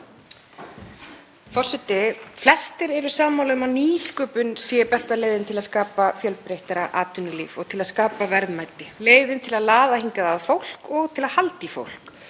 Forseti. Flestir eru sammála um að nýsköpun sé besta leiðin til að skapa fjölbreyttara atvinnulíf og til að skapa verðmæti, leiðin til að laða hingað fólk og til að halda í fólk.